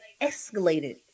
escalated